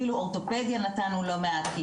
אפילו אורטופדיה נתנו לא מעט,